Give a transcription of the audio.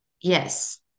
Yes